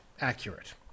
accurate